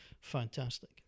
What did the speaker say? fantastic